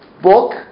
book